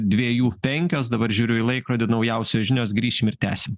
dviejų penkios dabar žiūriu į laikrodį naujausios žinios grįšim ir tęsim